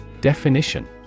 Definition